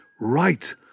right